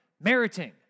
meriting